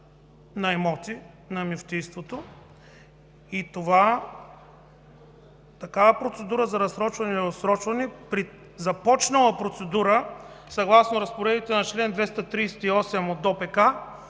на имоти на Мюфтийството. Такава процедура за разсрочване и отсрочване при започнала процедура… Съгласно разпоредбите на чл. 238 от ДОПК